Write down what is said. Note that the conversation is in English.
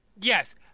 Yes